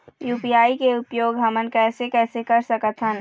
UPI के उपयोग हमन कैसे कैसे कर सकत हन?